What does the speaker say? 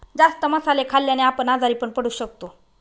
जास्त मसाले खाल्ल्याने आपण आजारी पण पडू शकतो